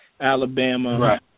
Alabama